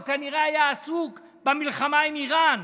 הוא כנראה היה עסוק במלחמה עם איראן